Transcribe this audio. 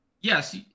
yes